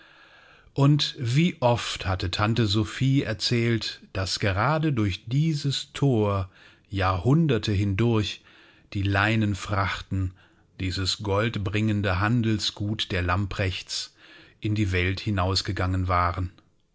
und wie oft hatte tante sophie erzählt daß gerade durch dieses thor jahrhunderte hindurch die leinenfrachten dieses goldbringende handelsgut der lamprechts in die welt hinausgegangen waren